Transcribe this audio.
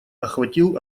охватил